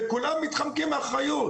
וכולם מתחמקים מאחריות.